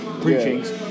Preachings